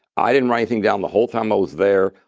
i didn't write anything down the whole time i was there.